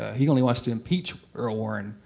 ah he only wants to impeach earl warren.